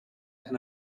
and